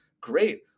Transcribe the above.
Great